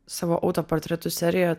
savo autoportretų seriją